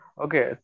okay